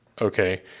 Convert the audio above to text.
Okay